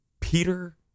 Peter